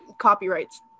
Copyrights